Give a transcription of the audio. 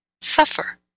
suffer